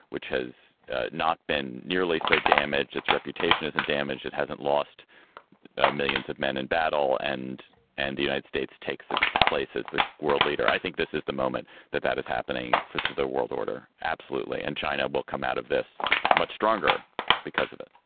which has not been nearly so damaged. its reputation as a and damaged it hasn't lost millions of men in battle. and and the united states takes its place as the world leader. i think this is the moment that that is happening to the world order. absolutely. and china will come out of this much stronger because of it